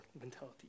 mentality